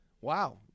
Wow